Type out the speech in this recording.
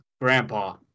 grandpa